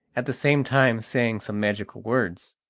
at the same time saying some magical words.